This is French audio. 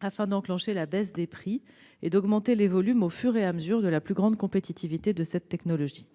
afin d'enclencher la baisse des prix et d'augmenter les volumes au fur et à mesure de la plus grande compétitivité de cette technologie.